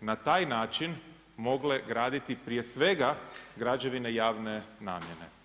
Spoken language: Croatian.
na taj način mogle graditi prije svega građevine javne namjene.